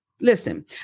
Listen